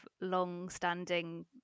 long-standing